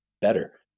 better